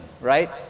right